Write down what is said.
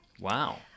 Wow